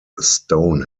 stone